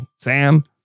Sam